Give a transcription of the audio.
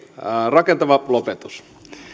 rakentava lopetus